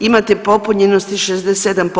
Imate popunjenost 67%